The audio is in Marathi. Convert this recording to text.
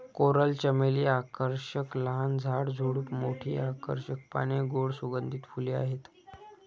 कोरल चमेली आकर्षक लहान झाड, झुडूप, मोठी आकर्षक पाने, गोड सुगंधित फुले आहेत